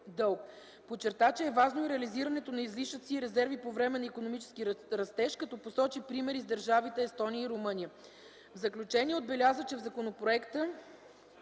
Подчерта, че е важно и реализирането на излишъци и резерви по време на икономически растеж, като посочи примери с държавите Естония и Румъния. В заключение отбеляза, че в законопроекта